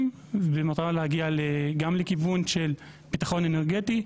במטרה להגיע גם לכיוון של ביטחון אנרגטי,